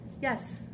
Yes